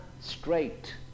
straight